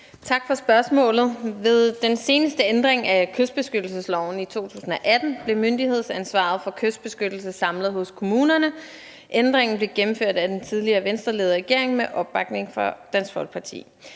Tak for spørgsmålet. Ved den seneste ændring af kystbeskyttelsesloven i 2018 blev myndighedsansvaret for kystbeskyttelse samlet hos kommunerne. Ændringen blev gennemført af den tidligere Venstreledede regering med opbakning fra Dansk Folkeparti.